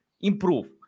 improve